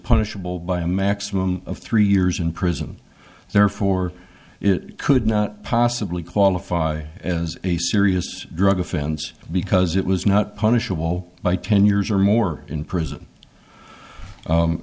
punishable by a maximum of three years in prison therefore it could not possibly qualify as a serious drug offense because it was not punishable by ten years or more in prison